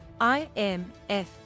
IMF